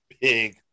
Big